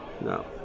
no